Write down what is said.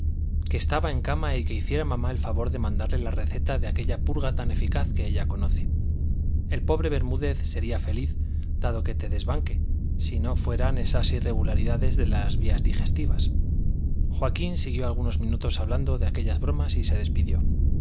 que estaba en cama y que hiciera mamá el favor de mandarle la receta de aquella purga tan eficaz que ella conoce el pobre bermúdez sería feliz dado que te desbanque si no fueran esas irregularidades de las vías digestivas joaquín siguió algunos minutos hablando de aquellas bromas y se despidió